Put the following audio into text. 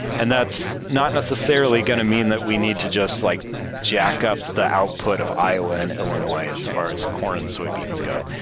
and that's not necessarily going to mean that we need to just like jack up the output of iowa and illinois as far as corn and soybeans go.